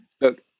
look